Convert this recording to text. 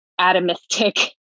atomistic